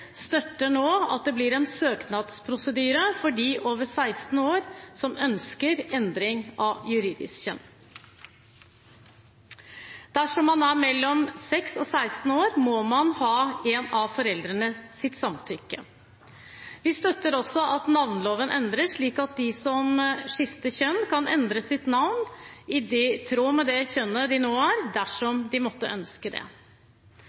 støtter nå at det blir en søknadsprosedyre for dem over 16 år som ønsker endring av juridisk kjønn. Dersom man er mellom 6 år og 16 år, må man ha en av foreldrenes samtykke. Vi støtter også at navneloven endres slik at de som skifter kjønn, kan endre sitt navn i tråd med det kjønnet de nå er, dersom de måtte ønske det.